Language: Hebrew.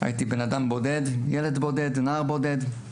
הייתי אדם בודד, ילד בודד, נער בודד.